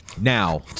Now